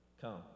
Come